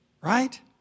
right